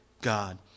God